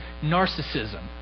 narcissism